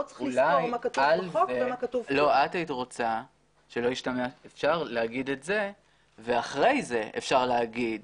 את היית רוצה שאפשר להגיד את זה ואחרי זה אפשר להגיד